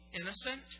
innocent